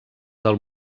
del